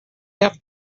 have